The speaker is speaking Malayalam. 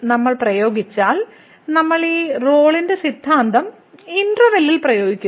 നമ്മൾ പ്രയോഗിച്ചാൽ നമ്മൾ ഈ റോളിന്റെ സിദ്ധാന്തം ഇന്റെർവെല്ലിൽ പ്രയോഗിക്കുന്നു